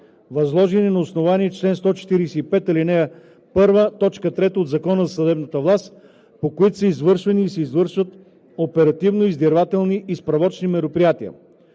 възложени на основание чл. 145, ал. 1, т. 3 от Закона за съдебната власт, по които са извършвани и се извършват оперативно-издирвателни и справочни мероприятия.